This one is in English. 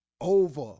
over